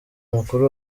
mukuru